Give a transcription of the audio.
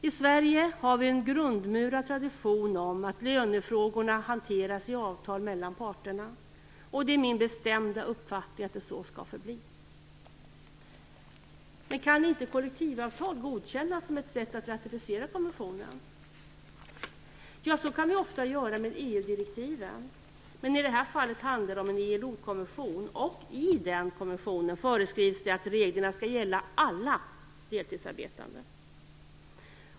I Sverige har vi en grundmurad tradition att lönefrågor hanteras i avtal mellan parterna, och det är min bestämda uppfattning att det skall så förbli. Kan inte kollektivavtal godkännas som ett sätt att ratificera konventionen? Så kan vi ofta göra med EU direktiven, men i det här fallet handlar det om en ILO-konvention, där det föreskrivs att reglerna skall gälla alla deltidsarbetande.